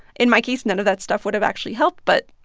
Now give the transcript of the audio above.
in my case, none of that stuff would have actually helped. but,